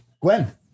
Gwen